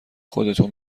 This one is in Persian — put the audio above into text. خودتون